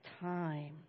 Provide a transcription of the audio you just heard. time